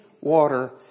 water